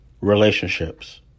Relationships